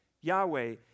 Yahweh